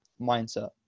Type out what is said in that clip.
mindset